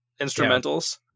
instrumentals